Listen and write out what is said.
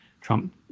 Trump